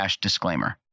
disclaimer